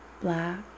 black